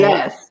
Yes